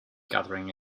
gathering